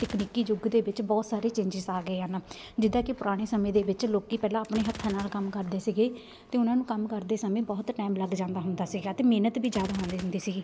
ਤਕਨੀਕੀ ਯੁੱਗ ਦੇ ਵਿੱਚ ਬਹੁਤ ਸਾਰੇ ਚੇਂਜਿਸ ਆ ਗਏ ਹਨ ਜਿੱਦਾਂ ਕਿ ਪੁਰਾਣੇ ਸਮੇਂ ਦੇ ਵਿੱਚ ਲੋਕੀਂ ਪਹਿਲਾਂ ਆਪਣੇ ਹੱਥਾਂ ਨਾਲ ਕੰਮ ਕਰਦੇ ਸੀਗੇ ਅਤੇ ਉਹਨਾਂ ਨੂੰ ਕੰਮ ਕਰਦੇ ਸਮੇਂ ਬਹੁਤ ਟੈਮ ਲੱਗ ਜਾਂਦਾ ਹੁੰਦਾ ਸੀਗਾ ਅਤੇ ਮਿਹਨਤ ਵੀ ਜ਼ਿਆਦਾ ਲਾਉਂਦੇ ਹੁੰਦੇ ਸੀ